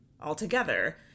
altogether